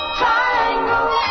triangle